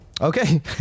Okay